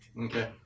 okay